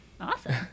awesome